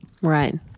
right